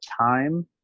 time